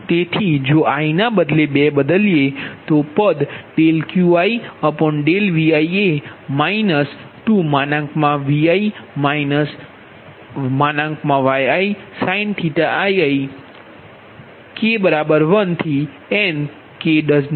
તેથી જો i ના બદલે 2 બદલીએ તો તે પદ QiViએ 2ViYiisin⁡ માઇનસ k 1 થી n ki